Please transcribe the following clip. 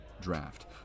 Draft